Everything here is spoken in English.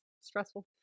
stressful